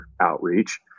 outreach